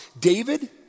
David